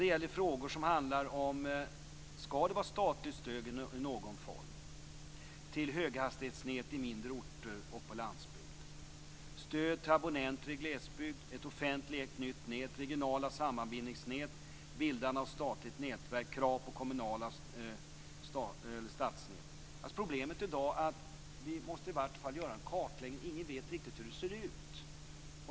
Det gäller frågor som handlar om t.ex. huruvida det skall vara statligt stöd i någon form till höghastighetsnät i mindre orter och på landsbygd, stöd till abonnenter i glesbygd, ett offentligägt nytt nät, regionala sammanbindningsnät, bildande av statligt nätverk och krav på kommunala stadsnät. Problemet i dag är sådant att vi i varje fall måste göra en kartläggning. Ingen vet riktigt hur det ser ut.